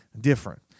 different